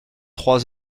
trois